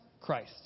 Christ